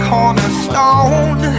cornerstone